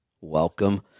Welcome